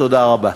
תודה רבה.